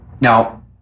Now